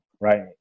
right